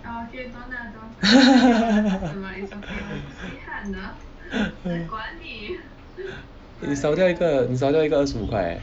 你少掉一个你少掉一个二十五块 leh